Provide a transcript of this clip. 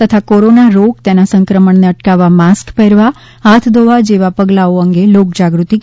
તથા કોરોના રોગ તેના સંક્રમણને અટકાવવા માસ્ક પહેરવા હાથ ધોવા જેવા પગલાંઓ અંગે લોકજાગૃતિ કેળવે છે